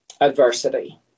Adversity